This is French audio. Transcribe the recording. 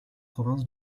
province